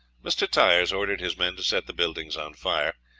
mr. tyers ordered his men to set the buildings on fire,